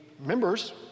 members